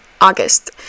August